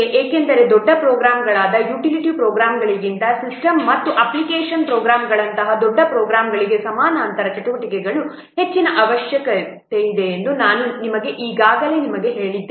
ಏಕೆಂದರೆ ದೊಡ್ಡ ಪ್ರೋಗ್ರಾಂಗಳಾದ ಯುಟಿಲಿಟಿ ಪ್ರೋಗ್ರಾಂಗಳಿಗಿಂತ ಸಿಸ್ಟಮ್ಗಳು ಮತ್ತು ಅಪ್ಲಿಕೇಶನ್ ಪ್ರೋಗ್ರಾಂಗಳಂತಹ ದೊಡ್ಡ ಪ್ರೋಗ್ರಾಂಗಳಿಗೆ ಸಮಾನಾಂತರ ಚಟುವಟಿಕೆಗಳಿಗೆ ಹೆಚ್ಚಿನ ಅವಕಾಶವಿದೆ ಎಂದು ನಾನು ಈಗಾಗಲೇ ನಿಮಗೆ ಹೇಳಿದ್ದೇನೆ